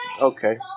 okay